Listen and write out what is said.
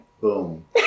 Boom